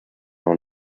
man